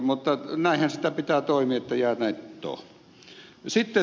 mutta näinhän sitä pitää toimia että jää nettoa